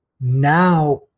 Now